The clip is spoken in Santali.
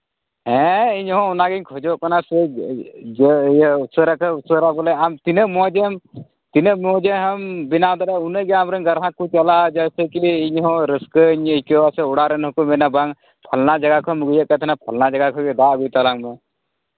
ᱦᱮᱸ ᱤᱧᱦᱚᱸ ᱚᱱᱟᱜᱤᱧ ᱠᱷᱚᱡᱚᱜ ᱠᱟᱱᱟ ᱥᱮ ᱩᱥᱟᱨᱟ ᱩᱥᱟᱹᱨᱟ ᱵᱚᱞᱮ ᱟᱢ ᱛᱤᱱᱟᱹᱜ ᱢᱚᱡᱮᱢ ᱛᱤᱱᱟᱹᱜ ᱢᱚᱡᱮᱢ ᱵᱮᱱᱟᱣ ᱫᱟᱲᱮᱟᱜᱼᱟ ᱩᱱᱟᱹᱜ ᱜᱮ ᱜᱟᱲᱦᱟ ᱠᱚ ᱪᱟᱞᱟᱜᱼᱟ ᱡᱮᱭᱥᱮ ᱠᱤ ᱤᱧᱦᱚᱸ ᱨᱟᱹᱥᱠᱟᱹᱧ ᱟᱹᱭᱠᱟᱹᱣᱟ ᱥᱮ ᱚᱲᱟᱜ ᱨᱮᱱ ᱦᱚᱸᱠᱚ ᱢᱮᱱᱟ ᱵᱟᱝ ᱯᱷᱟᱞᱱᱟ ᱡᱟᱭᱜᱟ ᱠᱷᱚᱱ ᱜᱮ ᱫᱟᱜ ᱟᱹᱜᱩᱭ ᱛᱟᱞᱟᱝ ᱢᱮ